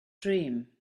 dream